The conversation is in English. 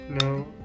No